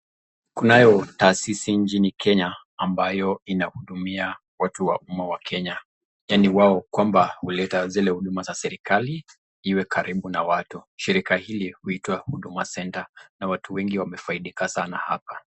Kunayo taasisi nchini Kenya ambayo inahudumia watu wa umma wa Kenya. Yaani wao kwamba huleta zile huduma za serikali iwe karibu na watu. Shirika hili huita Huduma Centre na watu wengi wamefaidika sana hapa.